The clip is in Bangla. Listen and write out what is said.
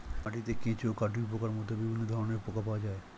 মাটিতে কেঁচো, কাটুই পোকার মতো বিভিন্ন ধরনের পোকা পাওয়া যায়